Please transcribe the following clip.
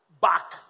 back